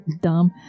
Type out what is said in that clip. dumb